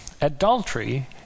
adultery